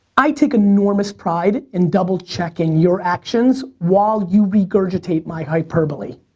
i take enormous pride in double checking your actions while you regurgitate my hyperbole.